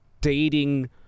dating